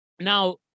now